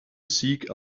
seek